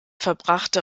verbrachte